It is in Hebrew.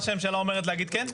מה שהממשלה אומרת להגיד כן?